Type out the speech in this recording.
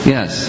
Yes